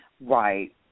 Right